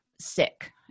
sick